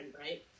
right